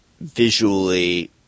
visually